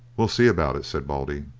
we'll see about it, said baldy.